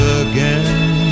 again